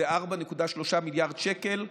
זה 4.3 מיליארד שקל,